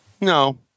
no